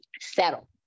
settle